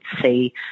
see